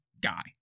guy